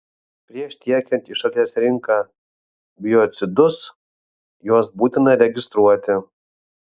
prieš tiekiant į šalies rinką biocidus juos būtina registruoti